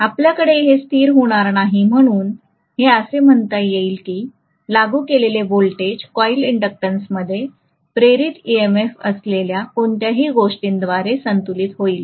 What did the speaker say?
आपल्याकडे हे स्थिर होणार नाही म्हणूनच हे असे म्हणता येईल की लागू केलेले व्होल्टेज कॉइल इंडक्टन्समध्ये प्रेरित EMF असलेल्या कोणत्याही गोष्टीद्वारे संतुलित होईल